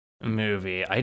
movie